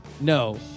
No